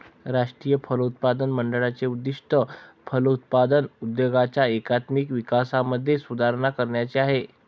राष्ट्रीय फलोत्पादन मंडळाचे उद्दिष्ट फलोत्पादन उद्योगाच्या एकात्मिक विकासामध्ये सुधारणा करण्याचे आहे